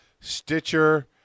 Stitcher